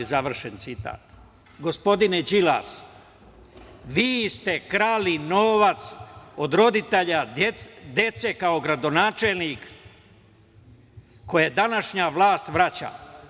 Gospodine Đilas, vi ste krali novac od roditelja dece kao gradonačelnik, koji današnja vlast vraća.